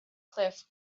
cliff